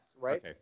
right